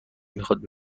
میخواد